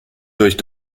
durch